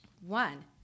One